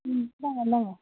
ம் இந்தாங்க இந்தாங்க